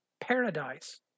paradise